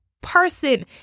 person